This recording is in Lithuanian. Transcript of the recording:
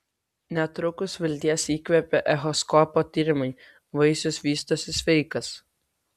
netrukus vilties įkvėpė echoskopo tyrimai vaisius vystosi sveikas